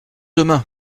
demain